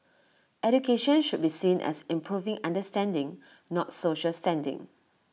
education should be seen as improving understanding not social standing